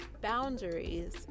Boundaries